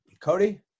Cody